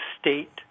state